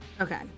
Okay